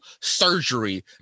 surgery